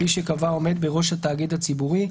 כפי שקבע העומד בראש התאגיד הציבורי,